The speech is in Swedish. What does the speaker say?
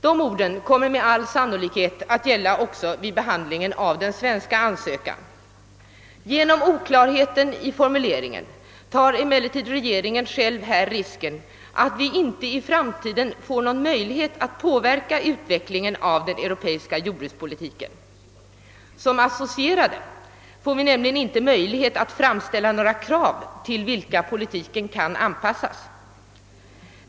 De orden kommer med all sannolikhet att gälla också vid behandlingen av den svenska ansökan. Genom oklarheten i formuleringen tar emellertid regeringen själv risken att vi i framtiden inte får någon möjlighet att påverka utvecklingen av den europeiska jordbrukspolitiken. Som associerade får vi nämligen inte möjlighet att framställa några krav till vilka politiken kan anpassas.